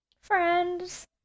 Friends